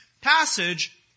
passage